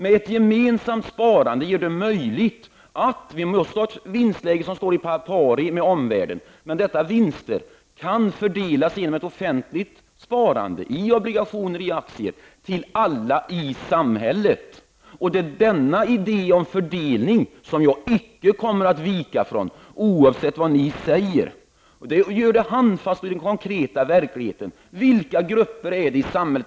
Vi måste ha ett vinstläge som står i paritet med omvärldens, och vinsterna kan fördelas genom ett offentligt sparande i obligationer och i aktier till alla i samhället. Denna idé om fördelning kommer jag icke att vika från, oavsett vad ni säger. Det är fråga om en anpassning till den konkreta verkligheten. Ni talar om privat sparande.